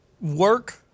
work